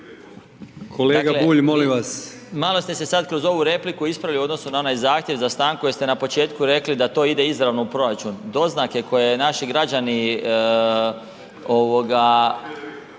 Kolega Bulj, molim vas. **Marić, Zdravko** Malo ste se sad kroz ovu repliku ispravili u odnosu na onaj zahtjev za stanku jer ste na početku rekli da to ide izravno u proračun. Doznake koje naši građani